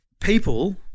People